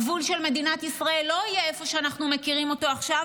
הגבול של מדינת ישראל לא יהיה איפה שאנחנו מכירים אותו עכשיו,